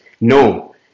No